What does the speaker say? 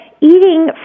eating